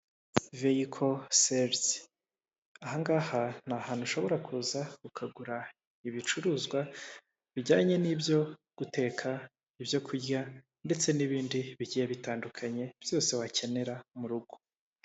Viyiko serizi, aha ngaha ni ahantu ushobora kuza ukagura ibicuruzwa bijyanye n'ibyo guteka, ibyo kurya, ndetse n'ibindi bigiye bitandukanye byose wakenera mu rugo.